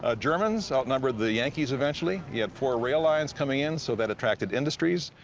ah germans outnumbered the yankees, eventually. you had four rail lines coming in, so that attracted industries.